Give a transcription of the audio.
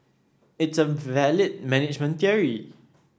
it's a valid management theory